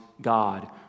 God